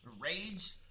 Rage